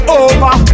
over